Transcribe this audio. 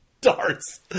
Darts